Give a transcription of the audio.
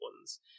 ones